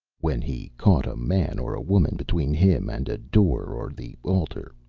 when he caught a man or a woman between him and a door or the altar,